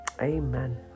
amen